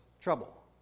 trouble